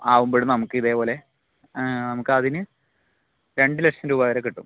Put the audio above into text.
ആകുമ്പഴും നമക്കിതേപോലെ നമക്കതിന് രണ്ട് ലക്ഷം രൂപ വരെ കിട്ടും